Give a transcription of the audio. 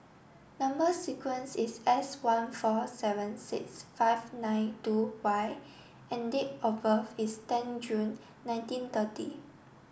number sequence is S one four seven six five nine two Y and date of birth is ten June nineteen thirty